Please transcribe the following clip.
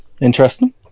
Interesting